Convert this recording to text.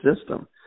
system